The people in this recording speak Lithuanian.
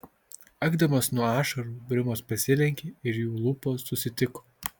akdamas nuo ašarų brimas pasilenkė ir jų lūpos susitiko